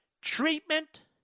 treatment